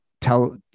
tell